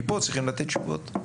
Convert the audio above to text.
כי פה צריכים לתת תשובות.